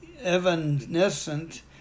evanescent